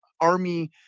army